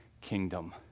kingdom